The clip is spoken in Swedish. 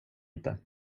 inte